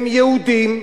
הם יהודים.